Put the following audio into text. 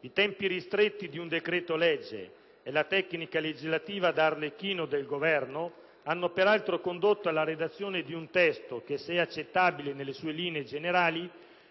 I tempi ristretti di un decreto-legge e la tecnica legislativa da Arlecchino del Governo hanno, peraltro, condotto alla redazione di un testo che, se accettabile nelle sue linee generali,